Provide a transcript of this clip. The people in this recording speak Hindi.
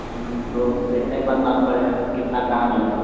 तो देखने के बाद मालूम पड़ेगा ना कितना काम है